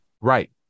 Right